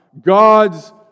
God's